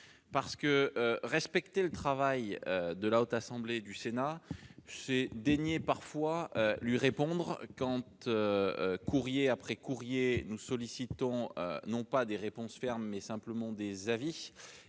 Pour respecter le travail de la Haute Assemblée, encore faudrait-il daigner lui répondre quand, courrier après courrier, nous sollicitons, non pas des réponses fermes, mais simplement des avis.